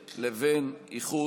לוין: